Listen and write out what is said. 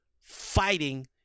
fighting